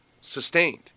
sustained